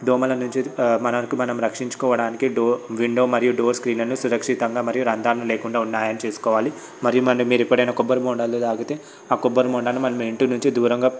దోమల నుంచి మనకి మనం రక్షించుకోవడానికి విండో మరియు డోర్ స్క్రీన్లను సురక్షితంగా మరియు రంధ్రాలు లేకుండా ఉన్నాయని చేసుకోవాలి మరియు మీరు ఎప్పుడైనా కొబ్బరి బోండాలు తాగితే ఆ కొబ్బరి బొండాలను మన ఇంటి నుంచి దూరంగా